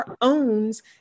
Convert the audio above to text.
owns